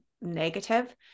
negative